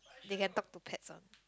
they can talk to pets orh